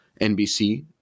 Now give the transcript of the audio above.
NBC